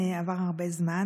עבר הרבה זמן,